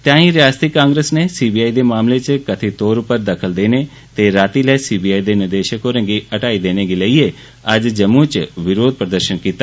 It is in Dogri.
ताईं रियासती कांग्रेस नै सी बी आई दे मामले च कथित तौर पर दखल देने ते राती लै सी बी आई दे निदेशक होरें गी हटाने गी लेइयै अज्ज जम्मू च विरोध प्रदर्शन कीता